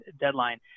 deadline